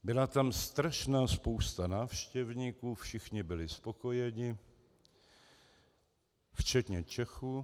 Byla tam strašná spousta návštěvníků, všichni byli spokojeni, včetně Čechů.